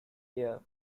year